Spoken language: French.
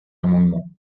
amendement